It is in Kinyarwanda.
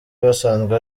basanzwe